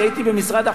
כשהייתי במשרד החוץ,